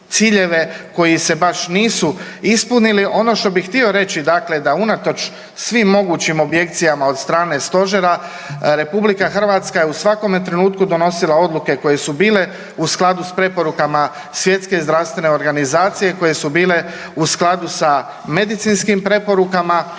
koji se baš nisu ispunili. Ono što bi htio reći dakle da unatoč svim mogućim objekcijama od strane stožera, RH je u svakome trenutku donosile odluke koje su bile u skladu s preporukama Svjetske zdravstvene organizacije koje su bile u skladu sa medicinskim preporukama.